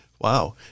Wow